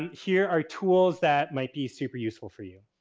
here are tools that might be super useful for you.